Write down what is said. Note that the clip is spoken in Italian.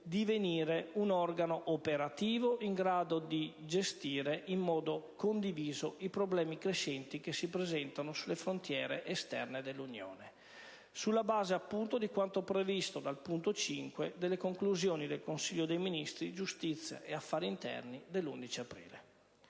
divenire un organo operativo in grado di gestire in modo condiviso i problemi crescenti che si presentano sulle frontiere esterne dell'Unione, sulla base di quanto previsto al quinto punto delle conclusioni del Consiglio Giustizia e Affari interni dell'11 aprile.